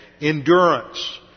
endurance